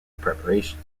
preparation